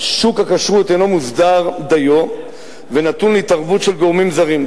שוק הכשרות אינו מוסדר דיו ונתון להתערבות של גורמים זרים,